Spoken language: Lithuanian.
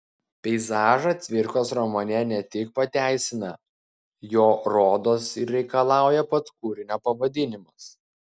peizažą cvirkos romane ne tik pateisina jo rodos reikalauja pats kūrinio pavadinimas